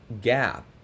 gap